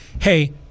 hey